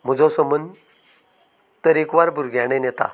म्हजो संबंद तरेकवार भुरग्यां कडेन येता